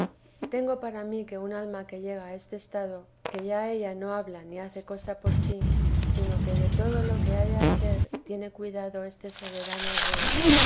tengo para mí que un alma que llega a este estado que ya ella no habla ni hace cosa por sí sino que de todo lo que ha de hacer tiene cuidado este soberano rey